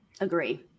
Agree